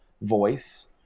voice